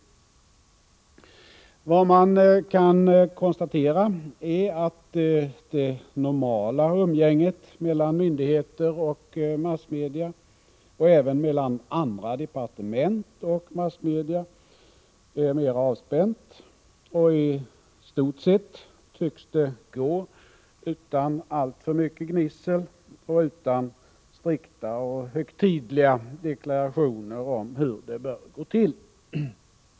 Vad man kan konstatera är att det normala umgänget mellan myndigheter och massmedia och även mellan andra departement och massmedia är mera avspänt. I stort sett tycks det gå utan alltför mycket gnissel och utan strikta och högtidliga deklarationer om hur det bör gå till.